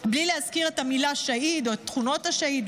בלי להזכיר את המילה 'שהיד' או את תכונות השהיד.